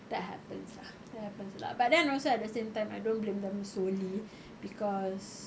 that happens lah that happens lah but then also at the same time I don't blame them solely because